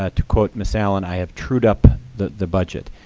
ah to quote ms allen, i have trued up the the budget.